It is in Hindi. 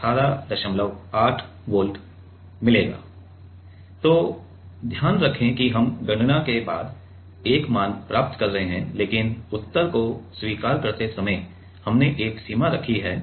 Y 120 GPa 120 × 109 Nm2 l 200 µm w 2 µm t 10 µm Nm Nm A 120 × 10 µm2 d 4 µm Hence तो ध्यान रखें कि हम गणना के बाद 1 मान प्राप्त कर रहे हैं लेकिन उत्तर को स्वीकार करते समय हमने एक सीमा रखी है